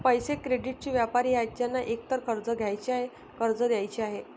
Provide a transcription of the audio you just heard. पैसे, क्रेडिटचे व्यापारी आहेत ज्यांना एकतर कर्ज घ्यायचे आहे, कर्ज द्यायचे आहे